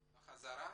בדיון.